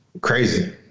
crazy